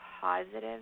positive